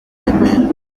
remera